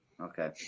Okay